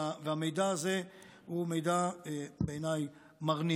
והמידע הזה הוא מידע מרנין,